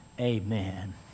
amen